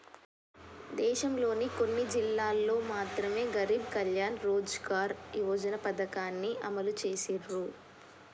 దేశంలోని కొన్ని జిల్లాల్లో మాత్రమె గరీబ్ కళ్యాణ్ రోజ్గార్ యోజన పథకాన్ని అమలు చేసిర్రు